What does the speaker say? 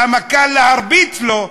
למה קל להרביץ לו,